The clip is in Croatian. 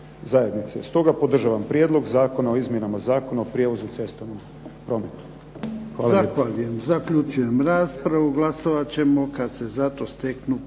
zajednice. Stoga podržavam Prijedlog zakona o izmjenama Zakona o prijevozu u cestovnom prometu. **Jarnjak, Ivan (HDZ)** Zahvaljujem. Zaključujem raspravu. Glasovat ćemo kad se za to steknu